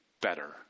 better